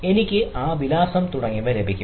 എനിക്ക് ആ വിലാസം തുടങ്ങിയവ ലഭിക്കും